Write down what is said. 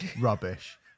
rubbish